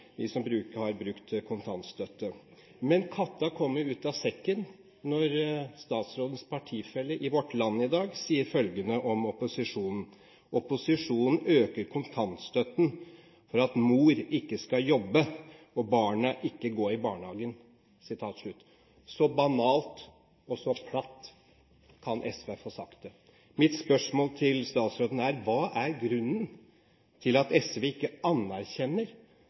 Vårt Land i dag sier følgende om opposisjonen: «Frp og H øker kontantstøtten for at mor ikke skal jobbe og barna ikke gå i barnehagen.» Så banalt og så platt kan SV få sagt det. Mitt spørsmål til statsråden er: Hva er grunnen til at SV ikke anerkjenner